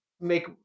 make